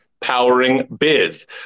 poweringbiz